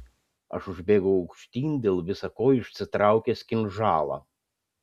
aš užbėgau aukštyn dėl visa ko išsitraukęs kinžalą